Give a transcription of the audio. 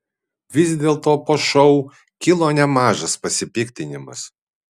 vis dėlto po šou kilo nemažas pasipiktinimas